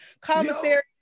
Commissary